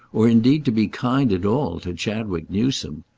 or indeed to be kind at all, to chadwick newsome.